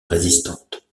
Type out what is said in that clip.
résistante